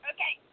Okay